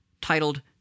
titled